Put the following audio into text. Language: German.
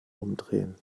umdrehen